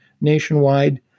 nationwide